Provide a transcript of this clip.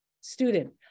student